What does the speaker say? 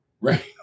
right